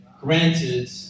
granted